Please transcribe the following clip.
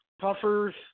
puffers